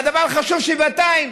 והדבר חשוב שבעתיים,